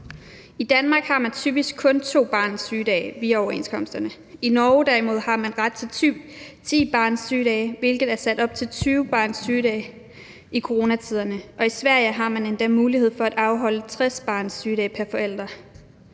I Danmark har man typisk kun to barnets sygedage via overenskomsterne. I Norge derimod har man ret til 10 barnets sygedage, hvilket er sat op til 20 barnets sygedage i coronatiderne, og i Sverige har man endda mulighed for at afholde 60 barnets sygedage pr. forælder.